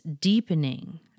deepening